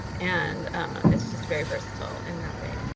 and it's just very versatile in that way.